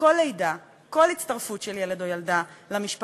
כל הצטרפות של ילד או ילדה למשפחה,